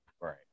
Right